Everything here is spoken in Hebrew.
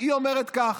היא אומרת כך: